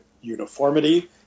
uniformity